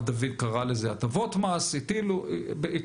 התירו הטבות מס, כפי שקראה לזה מרב דוד.